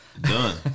Done